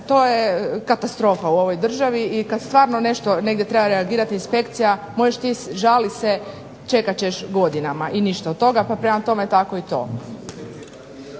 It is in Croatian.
to je katastrofa u ovoj državi i kada stvarno nešto negdje treba reagirati inspekcija. Možeš se ti žaliti, čekat ćeš godinama i ništa od toga, pa prema tome tako i to.